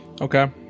Okay